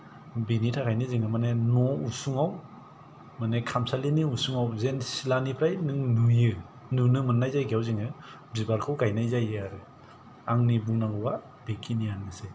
बिनि थाखायनो जोङो माने न' उसुङाव माने खामसालिनि उसुङाव जेन सिथ्लानिफ्राय नों नुयो नुनो मोननाय जायगायाव जोङो बिबारखौ गायनाय जायो आरो आंनि बुंनांगौया बेखिनियानोसै